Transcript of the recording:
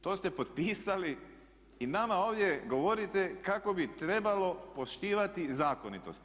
To ste potpisali i nama ovdje govorite kako bi trebalo poštivati zakonitosti.